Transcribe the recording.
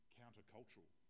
countercultural